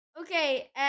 Okay